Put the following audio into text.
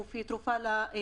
לגוף אלא גם לנשמה.